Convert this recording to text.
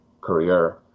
career